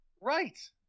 Right